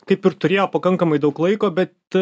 kaip ir turėjo pakankamai daug laiko bet